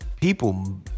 People